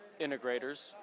integrators